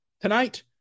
tonight